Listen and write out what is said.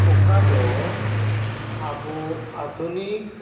ᱚᱠᱟ ᱫᱚ ᱟᱵᱚ ᱟᱫᱷᱩᱱᱤᱠ